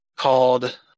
called